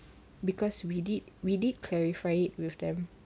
because we did we did clarify it with them